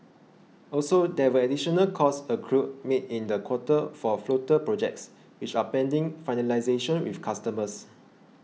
also there were additional cost accruals made in the quarter for floater projects which are pending finalisation with customers